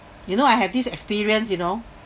you know I have this experience you know